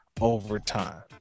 overtime